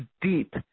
deep